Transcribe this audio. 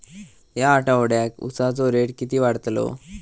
या आठवड्याक उसाचो रेट किती वाढतलो?